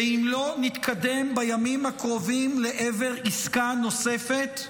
ואם לא נתקדם בימים הקרובים לעבר עסקה נוספת,